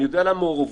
אני יודע על המעורבות,